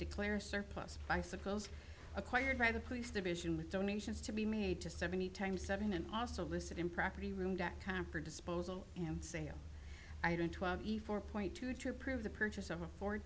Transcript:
declare a surplus bicycles acquired by the police division with donations to be made to seventy times seven and also listed in property room dot com for disposal and sale i don't point to try to prove the purchase of a fo